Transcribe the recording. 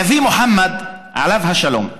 הנביא מוחמד עליו השלום אמר,